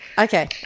Okay